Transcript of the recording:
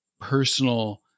personal